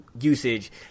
usage